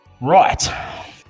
Right